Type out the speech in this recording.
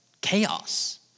chaos